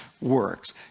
works